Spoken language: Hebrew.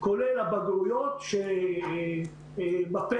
כולל הבגרויות שבפתח